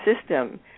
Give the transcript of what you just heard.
system